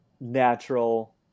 natural